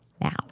now